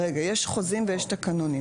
יש חוזים ויש תקנונים.